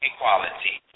Equality